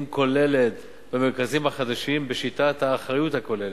כוללת במרכזים החדשים בשיטת האחריות הכוללת.